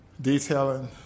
Detailing